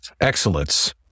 excellence